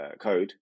code